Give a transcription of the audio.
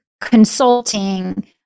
consulting